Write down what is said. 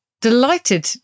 delighted